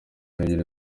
n’ebyiri